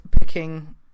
picking